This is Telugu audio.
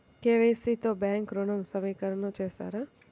కే.వై.సి తో బ్యాంక్ ఋణం నవీకరణ చేస్తారా?